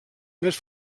més